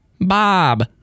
Bob